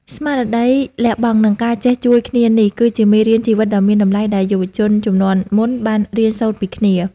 ស្មារតីលះបង់ និងការចេះជួយគ្នានេះ គឺជាមេរៀនជីវិតដ៏មានតម្លៃដែលយុវជនជំនាន់មុនបានរៀនសូត្រពីគ្នា។